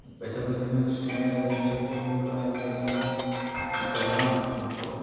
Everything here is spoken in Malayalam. ഇപ്പോഴത്തെ പരസ്യങ്ങൾ സൃഷ്ടിക്കുന്നതെന്നു വെച്ചാൽ അതിന് ശക്തിയുമുള്ള ഈയൊരു പരസ്യം കുറവാണ് ഇപ്പോൾ